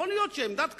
יכול להיות שעמדת קדימה,